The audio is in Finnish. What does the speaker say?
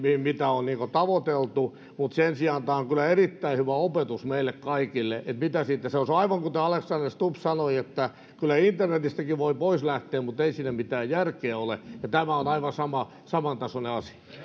mitä on tavoiteltu mutta sen sijaan tämä on kyllä erittäin hyvä opetus meille kaikille mitä siitä seuraa se on aivan kuten alexander stubb sanoi että kyllä internetistäkin voi pois lähteä mutta ei siinä mitään järkeä ole ja tämä on aivan samantasoinen